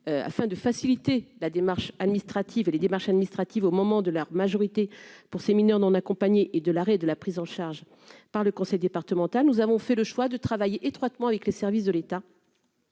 afin de faciliter la démarche administrative et les démarches administratives, au moment de la majorité pour ces mineurs non accompagnés et de l'arrêt de la prise en charge par le conseil départemental, nous avons fait le choix de travailler étroitement avec les services de l'État